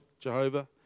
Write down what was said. Jehovah